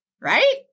Right